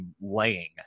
laying